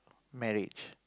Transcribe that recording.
marriage